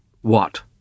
What